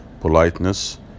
politeness